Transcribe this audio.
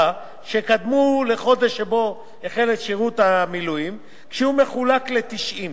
שקדמו לחודש שבו החל את שירות המילואים כשהוא מחולק ל-90,